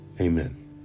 Amen